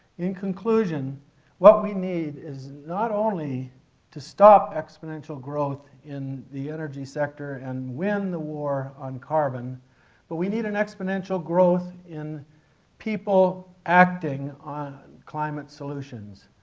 in conclusion what we need is not only to stop exponential growth in the energy sector and win the war on carbon but we need an exponential growth in people acting on climate solutions.